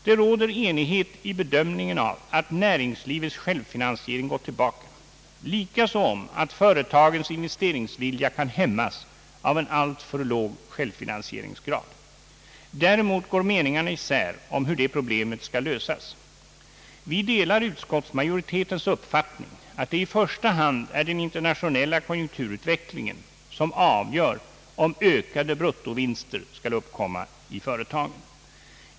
Det råder enighet i bedömningen om att näringslivets självfinansiering gått tillbaka, likaså om att företagens investeringsvilja kan hämmas av en alltför låg självfinansieringsgrad. Däremot går meningarna isär om hur det problemet skall lösas. Vi delar utskottsmajoritetens uppfattning att det i första hand är den internationella konjunkturutvecklingen som avgör om ökade bruttovinster skall uppkomma i företagen.